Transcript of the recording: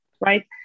right